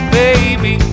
baby